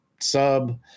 sub